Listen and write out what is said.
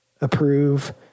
approve